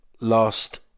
last